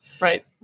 Right